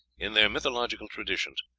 in their mythological traditions,